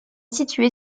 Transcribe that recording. située